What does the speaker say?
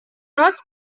раз